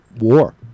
war